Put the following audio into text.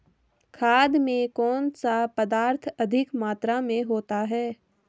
खाद में कौन सा पदार्थ अधिक मात्रा में होता है?